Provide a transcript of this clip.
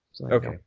okay